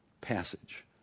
passage